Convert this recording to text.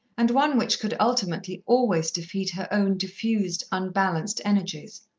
and one which could, ultimately, always defeat her own diffused, unbalanced energies.